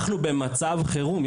אנחנו במצב חירום.